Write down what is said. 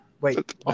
wait